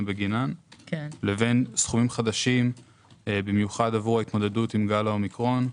בגינן לבין סכומים חדשים במיוחד עבור ההתמודדות עם גל האומיקרון,